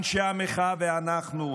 אנשי המחאה ואנחנו,